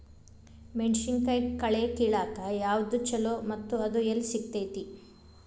ಮೆಣಸಿನಕಾಯಿ ಕಳೆ ಕಿಳಾಕ್ ಯಾವ್ದು ಛಲೋ ಮತ್ತು ಅದು ಎಲ್ಲಿ ಸಿಗತೇತಿ?